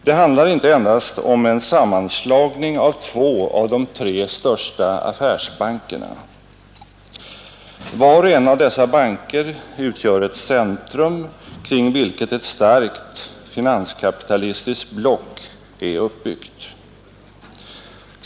Det handlar inte endast om en sammanslagning av två av de största affärsbankerna. Var och en av dessa banker utgör ett centrum kring vilket ett starkt finanskapitalistiskt block är uppbyggt.